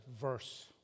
verse